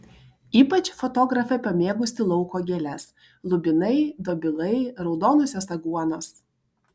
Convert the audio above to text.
ypač fotografė pamėgusi lauko gėles lubinai dobilai raudonosios aguonos